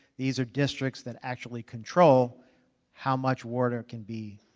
these are districts that actually control how much water can be,